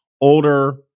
older